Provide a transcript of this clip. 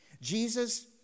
Jesus